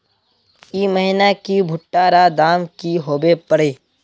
ई महीना की भुट्टा र दाम की होबे परे?